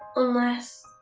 unless.